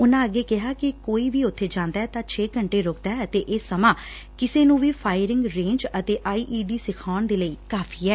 ਉਨਾਂ ੱਗੇ ਕਿਹਾ ਕਿ ਕੋਈ ਵੀ ਉਥੇ ਜਾਂਦੈ ਤਾਂ ਛੇ ਘੰਟੇ ਰੁਕਦੈ ਅਤੇ ਇਹ ਸਮਾਂ ਕਿਸੇ ਨੂੰ ਵੀ ਫਾਇਰਿੰਗ ਰੇਂਜ ਅਤੇ ਆਈਈਡੀ ਸਿਖਾਉਣ ਦੇ ਲਈ ਕਾਫੀ ਐ